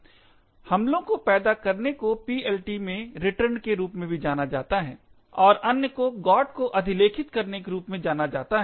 हमलों को पैदा करने को PLT में रिटर्न के रूप में भी जाना जाता है और अन्य को GOT को अधिलेखित करने के रूप में जाना जाता है